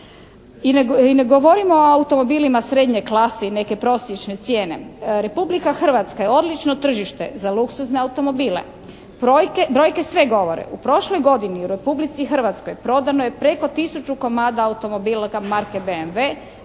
I ne govorimo o automobilima srednje klase i neke prosječne cijene. Republika Hrvatska je odlično tržište za luksuzne automobile. Brojke sve govore. U prošloj godini u Republici Hrvatskoj prodano je preko 1000 komada automobila marke BMW,